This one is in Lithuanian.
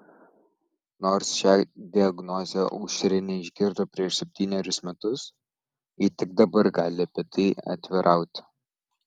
nors šią diagnozę aušrinė išgirdo prieš septynerius metus ji tik dabar gali apie tai atvirauti